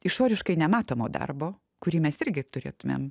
išoriškai nematomo darbo kurį mes irgi turėtumėm